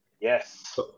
Yes